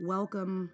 Welcome